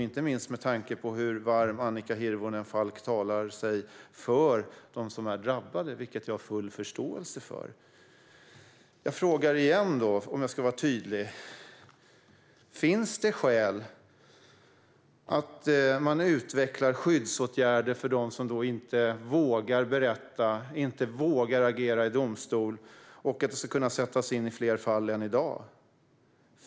Inte minst med tanke på hur varmt Annika Hirvonen Falk talar för dem som är drabbade, vilket jag har full förståelse för, frågar jag igen: Finns det skäl att utveckla skyddsåtgärder för dem som inte vågar berätta och inte vågar agera i domstol och att sådana ska kunna vidtas i fler fall än i dag?